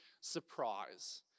surprise